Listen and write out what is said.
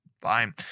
fine